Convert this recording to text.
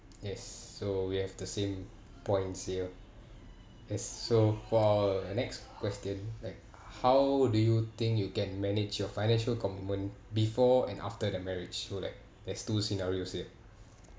yes so we have the same points here as so for the next question like how do you think you can manage your financial commitment before and after the marriage so like there's two scenarios here